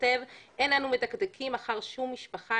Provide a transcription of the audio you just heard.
כותב 'אין אנו מדקדקים אחר שום משפחה,